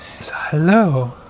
Hello